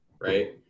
right